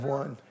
one